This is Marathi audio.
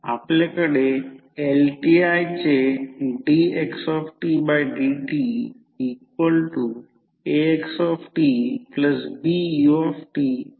आपल्याकडे LTI चे dxdtAxtBut हे स्टेट इक्वेशन आहे